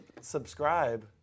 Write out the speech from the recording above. subscribe